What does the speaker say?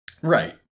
Right